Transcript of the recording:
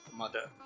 mother